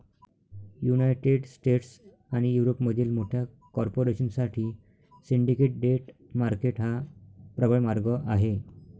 United States आणि युरोपमधील मोठ्या कॉर्पोरेशन साठी सिंडिकेट डेट मार्केट हा प्रबळ मार्ग आहे